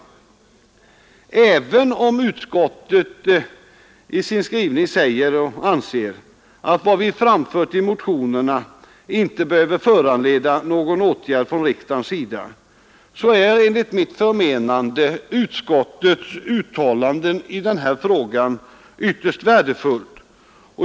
Även om utskottet anser att vad vi framfört i motionen inte behöver föranleda någon åtgärd från riksdagens sida, är utskottets uttalande ändå ytterst värdefullt.